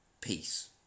peace